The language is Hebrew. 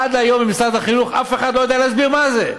עד היום אף אחד במשרד החינוך לא יודע להסביר מה זה,